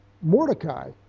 Mordecai